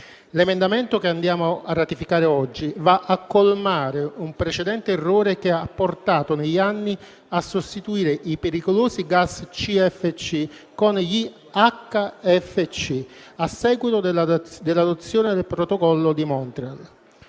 L'emendamento che andiamo a ratificare oggi va a colmare un precedente errore che ha portato negli anni a sostituire i pericolosi gas CFC con gli HFC, a seguito dell'adozione del Protocollo di Montreal.